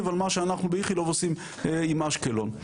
על מה שאנחנו באיכילוב עושים עם אשקלון,